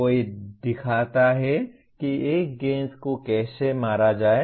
कोई दिखाता है कि एक गेंद को कैसे मारा जाए